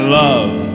love